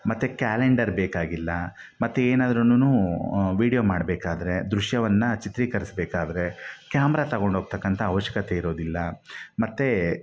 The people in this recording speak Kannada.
ಮತ್ತು ಕ್ಯಾಲೆಂಡರ್ ಬೇಕಾಗಿಲ್ಲ ಮತ್ತು ಏನಾದರೂನು ವಿಡ್ಯೋ ಮಾಡ್ಬೇಕಾದರೆ ದೃಶ್ಯವನ್ನು ಚಿತ್ರೀಕರಿಸಬೇಕಾದ್ರೆ ಕ್ಯಾಮ್ರಾ ತಗೊಂಡೋಗ್ತಕ್ಕಂಥ ಅವಶ್ಯಕತೆ ಇರೋದಿಲ್ಲ ಮತ್ತೆ